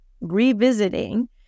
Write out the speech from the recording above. revisiting